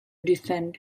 defend